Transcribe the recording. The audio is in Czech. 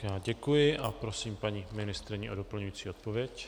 Já děkuji a prosím paní ministryni o doplňující odpověď.